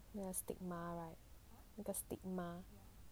ya stigma right 那个 stigma